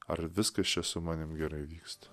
ar viskas čia su manim gerai vyksta